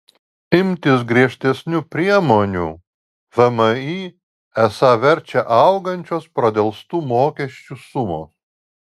imtis griežtesnių priemonių vmi esą verčia augančios pradelstų mokesčių sumos